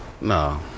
No